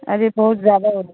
अरे बहुत ज़्यादा होत